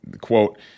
quote